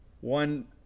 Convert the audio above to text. One